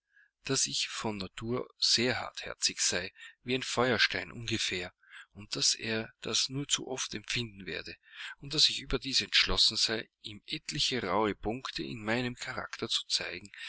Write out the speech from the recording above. daß ich von natur sehr hartherzig sei wie in feuerstein ungefähr und daß er das nur zu oft empfinden werde und daß ich überdies entschlossen sei ihm etliche rauhe punkte in meinem charakter zu zeigen